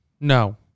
No